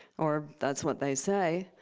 or that's what they say.